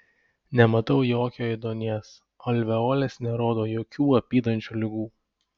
nematau jokio ėduonies alveolės nerodo jokių apydančių ligų